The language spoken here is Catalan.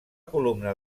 columna